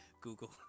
Google